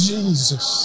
Jesus